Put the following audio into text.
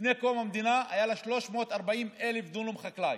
לפני קום המדינה היו 340,000 דונם שטח חקלאי.